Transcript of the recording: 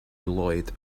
lloyd